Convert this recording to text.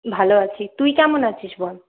ভালো আছি তুই কেমন আছিস বল